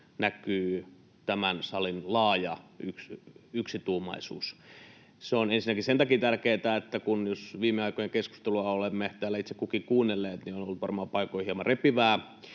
näkyy tämän salin laaja yksituumaisuus. Se on ensinnäkin sen takia tärkeätä, että jos ja kun viime aikojen keskustelua olemme täällä itse kukin kuunnelleet, niin se on ollut varmaan paikoin hieman repivää,